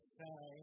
say